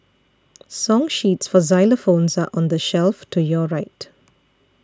song sheets for xylophones are on the shelf to your right